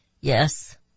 Yes